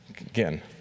Again